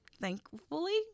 thankfully